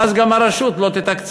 ואז גם הרשות לא תתקצב.